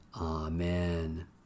Amen